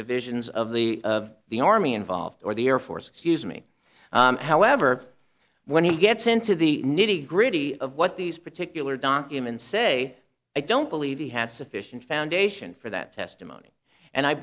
divisions of the of the army involved or the air force excuse me however when he gets into the nitty gritty of what these particular documents say i don't believe he had sufficient foundation for that testimony and i